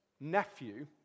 nephew